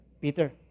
Peter